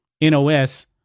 NOS